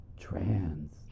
Trans